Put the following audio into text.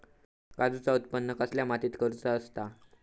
काजूचा उत्त्पन कसल्या मातीत करुचा असता?